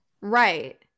Right